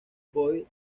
boy